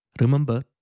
Remember